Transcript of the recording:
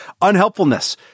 unhelpfulness